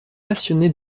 passionné